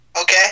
Okay